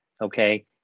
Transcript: okay